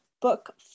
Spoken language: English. book